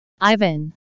Ivan